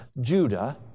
Judah